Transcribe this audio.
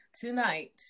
tonight